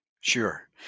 sure